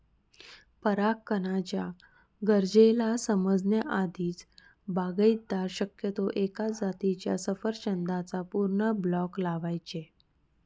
परागकणाच्या गरजेला समजण्या आधीच, बागायतदार शक्यतो एकाच जातीच्या सफरचंदाचा पूर्ण ब्लॉक लावायचे